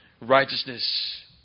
righteousness